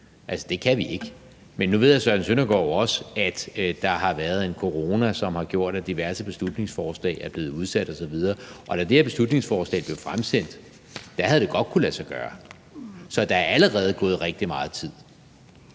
i. Det kan det ikke. Nu ved hr. Søren Søndergaard også, at der har været en corona, som har gjort, at diverse beslutningsforslag er blevet udsat osv., og da det her beslutningsforslag blev fremsat, havde det godt kunnet lade sig gøre. Så der er allerede gået rigtig meget tid.